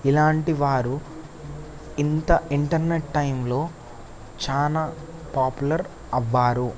ఇలాంటి వారు ఇంత ఇంటర్నెట్ టైంలో చాలా పాపులర్ అయ్యారు